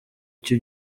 icyo